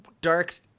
dark